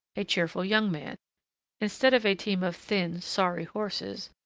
a cheerful young man instead of a team of thin, sorry horses,